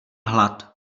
hlad